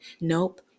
Nope